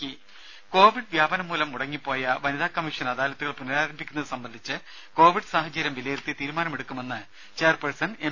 ദേദ കോവിഡ് വ്യാപനം മൂലം മുടങ്ങിപ്പോയ വനിതാകമ്മീഷൻ അദാലത്തുകൾ പുനരാരംഭിക്കുന്നത് സംബന്ധിച്ച് കോവിഡ് സാഹചര്യം വിലയിരുത്തി തീരുമാനമെടുക്കുമെന്ന് ചെയർപേഴ്സൺ എം